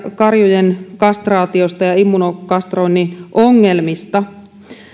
karjujen kastraatiosta ja immunokastroinnin ongelmista